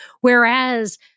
Whereas